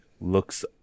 looks